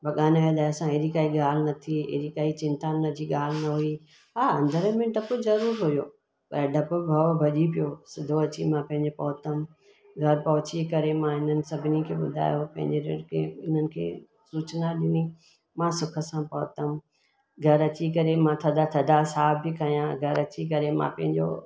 भगवान जी दयी सां अहिड़ी काई ॻाल्हि न थी अहिड़ी काई चिंता जी ॻाल्हि न हुई हा अंदर में डप ज़रूरु हुओ पर डप भउ भॼी पियो सिधो अची मां पंहिंजे पहुंतमि घरु पहुंची करे मां हिननि सभिनी खे ॿुधायो पंहिंजे हिननि खे सूचना ॾिनी मां सुख सां पहुतमि घरु अची करे मां थधा थधा साह बि खणा हरु अची करे मां पंहिंजो